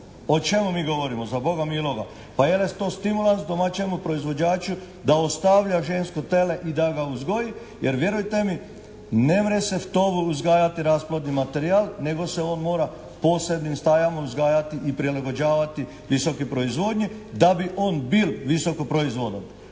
o čemu mi govorimo za Boga miloga? Pa je li to stimulans domaćemu proizvođaču da ostavlja žensko tele i da ga uzgoji jer vjerujte mi ne mre se v tovu uzgajati rasplodni materijal nego se on mora posebnim stajama uzgajati i prilagođavati visokoj proizvodnji da bi on bil visoko proizvodan.